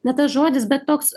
ne tas žodis bet toks